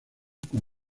con